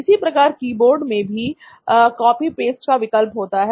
इसी प्रकार कीबोर्ड में भी कॉपी पेस्ट का विकल्प होता है